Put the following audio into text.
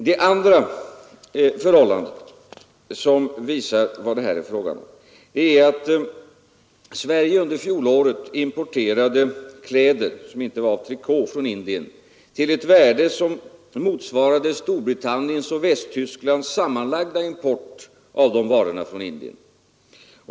Det andra förhållandet som visar vad det är fråga om är att Sverige under fjolåret från Indien importerade kläder, som inte var av trikå, till ett värde som motsvarade Storbritanniens och Västtysklands sammanlagda import av de varorna från Indien.